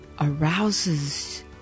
arouses